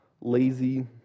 lazy